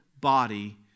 body